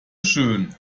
schön